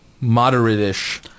moderate-ish –